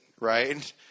right